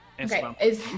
Okay